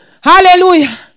Hallelujah